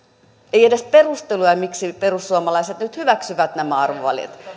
ei edes perusteluja miksi perussuomalaiset nyt hyväksyvät nämä arvovalinnat